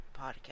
podcast